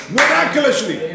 Miraculously